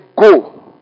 go